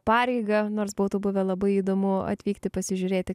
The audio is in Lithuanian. pareigą nors būtų buvę labai įdomu atvykti pasižiūrėti